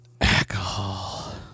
Alcohol